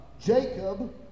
Jacob